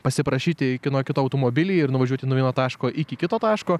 pasiprašyti kieno kito automobilį ir nuvažiuoti nuo vieno taško iki kito taško